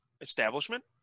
establishment